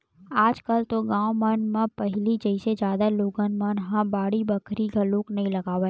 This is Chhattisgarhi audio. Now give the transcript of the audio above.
आज कल तो गाँव मन म पहिली जइसे जादा लोगन मन ह बाड़ी बखरी घलोक नइ लगावय